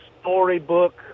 storybook